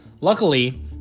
Luckily